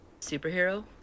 superhero